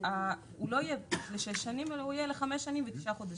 הוא לא יהיה לשש שנים אלא הוא יהיה לחמש שנים ותשעה חודשים.